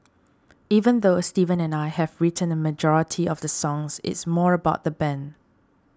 even though Steven and I have written a majority of the songs it's more about the band